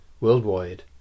worldwide